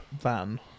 van